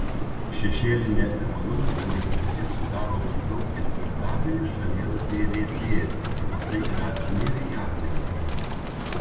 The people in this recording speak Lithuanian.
šešėlinė ekonomika lietuvoje sudaro maždaug ketvirtadalį šalies bvp o tai yra milijardai eurų